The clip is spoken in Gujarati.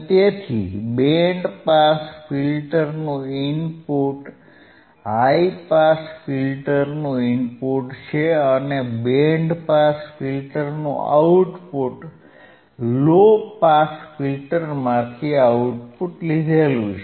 તેથી બેન્ડ પાસ ફિલ્ટરનું ઇનપુટ હાઇ પાસ ફિલ્ટરનું ઇનપુટ છે અને બેન્ડ પાસ ફિલ્ટરનું આઉટપુટ લો પાસ ફિલ્ટરમાંથી આઉટપુટ છે